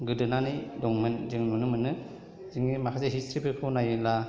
गोदोनानै दंमोन जों नुनो मोनो जोंनि माखासे हिस्ट्रिफोरखौ नायोब्ला